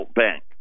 bank